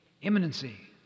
imminency